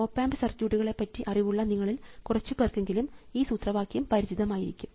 op amp സർക്യൂട്ടുകളെ പറ്റി അറിവുള്ള നിങ്ങളിൽ കുറച്ചു പേർക്കെങ്കിലും ഈ സൂത്രവാക്യം പരിചിതം ആയിരിക്കും